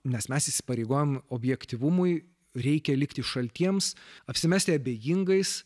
nes mes įsipareigojom objektyvumui reikia likti šaltiems apsimesti abejingais